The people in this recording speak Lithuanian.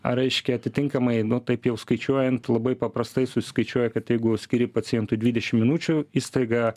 ar reiškia atitinkamai nu taip jau skaičiuojant labai paprastai susiskaičiuoja kad jeigu skiri pacientui dvidešim minučių įstaiga